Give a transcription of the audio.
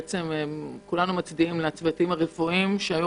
מצדיעים לצוותים הרפואיים שהיו